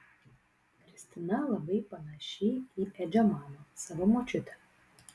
kristina labai panaši į edžio mamą savo močiutę